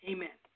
Amen